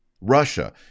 Russia